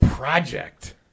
project